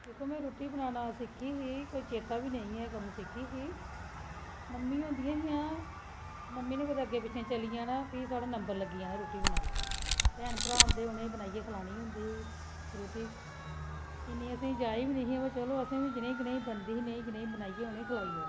दिक्खो में रुट्टी बनाना सिक्खी ही कोई चेता बी नेईं ऐ कदूं सिक्खी ही मम्मी औदियां हियां मम्मी नै कुतै अग्गै पिच्छै चली जाना फिर नम्बर लग्गी जाना रूट्टी बनाना भैन भ्रां होंदे हे उ'नेंगी खलानी होंदी ही रुट्टी इन्नी असें गी जाच बी नेही पर चलो असें बी जनेही कनेही बनदी ही नेएई कनेई बनाइये उंहे गी खलाई औंङी